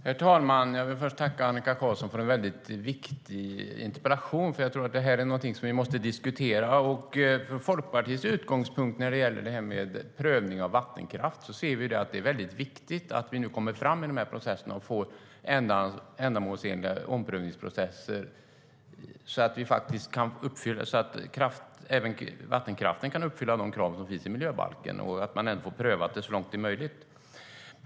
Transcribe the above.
Herr talman! Jag vill först tacka Annika Qarlsson för en viktig interpellation. Jag tror att detta är någonting som vi måste diskutera. Från Folkpartiets utgångspunkt ser vi när det gäller prövning av vattenkraft att det är viktigt att vi nu kommer fram och får ändamålsenliga omprövningsprocesser så att även vattenkraften kan uppfylla de krav som finns i miljöbalken. Man måste få det prövat så långt det är möjligt.